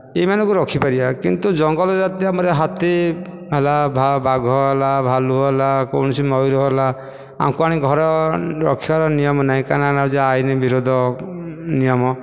ଏମାନଙ୍କୁ ରଖିପାରିବା କିନ୍ତୁ ଜଙ୍ଗଲ ଜାତି ଆମର ହାତୀ ହେଲା ବାଘ ହେଲା ଭାଲୁ ହେଲା କୌଣସି ମୟୂର ହେଲା ଆଙ୍କୁ ଆଣି ଘରେ ରଖିବା ନିୟମ ନାହିଁ କାଇଁ ନା ଏହା ହେଉଛି ଆଇନ ବିରୋଧ ନିୟମ